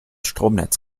stromnetz